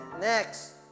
next